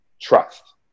trust